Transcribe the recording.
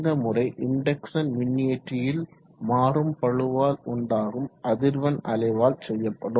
இந்த முறை இன்டெக்சன் மின்னியற்றியில் மாறும் பளுவால் உண்டாகும் அதிர்வெண் அலைவால் செய்யப்படும்